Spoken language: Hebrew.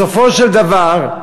בסופו של דבר,